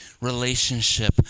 relationship